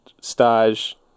stage